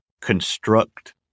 construct